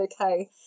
okay